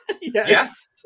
Yes